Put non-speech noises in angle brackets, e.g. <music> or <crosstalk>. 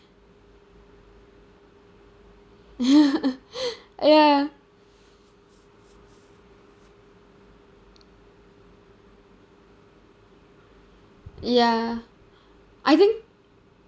<laughs> <breath> ya ya I think